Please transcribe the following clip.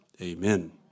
amen